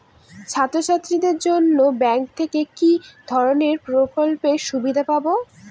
ছাত্রছাত্রীদের জন্য ব্যাঙ্ক থেকে কি ধরণের প্রকল্পের সুবিধে পাবো?